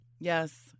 Yes